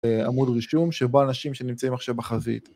עמוד רישום, שבו אנשים שנמצאים עכשיו בחזית.